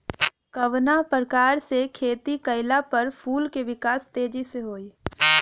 कवना प्रकार से खेती कइला पर फूल के विकास तेजी से होयी?